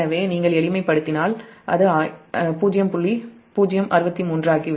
எனவே நீங்கள் எளிமைப்படுத்தினால் அது j0